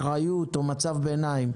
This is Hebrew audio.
אחריות או מצב ביניים,